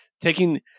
Taking